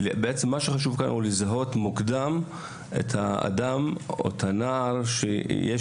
חשוב לזהות כאן מוקדם את האדם או הנער שיש